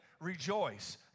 rejoice